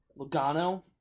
Logano